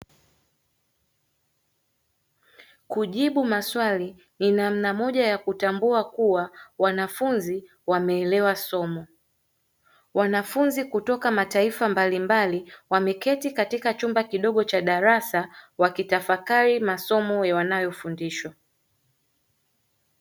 Kujibu maswali ni namna moja ya kutambua kuwa wanafunzi wameelewa somo, wanafunzi kutoka mataifa mbalimbali wameketi katika chumba kidogo cha darasa wakitafakari masomo wanayofundishwa.